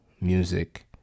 music